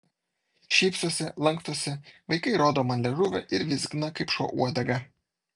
šypsosi lankstosi vaikai rodo man liežuvį ir vizgina kaip šuo uodegą